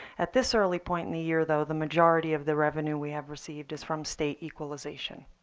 at this early point in the year though, the majority of the revenue we have received is from state equalization.